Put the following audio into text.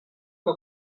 que